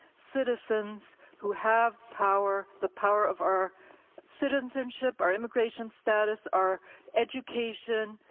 citizens who have power, the power of our citizenship, our immigration status, our education,